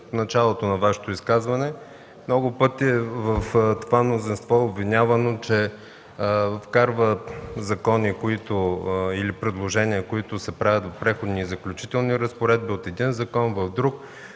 от началото на Вашето изказване. Много пъти това мнозинство е обвинявано, че вкарва закони или предложения, които се правят в преходни и заключителни разпоредби, от един закон в друг,